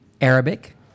Arabic